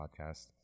podcast